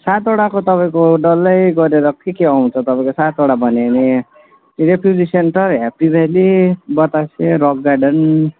सतवटाको तपाईँको डल्लै गरेर के के आउँछ तपाईँको सातवटा भन्यो भने electric centre happy valley Batase rock garden